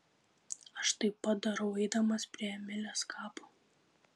aš taip pat darau eidamas prie emilės kapo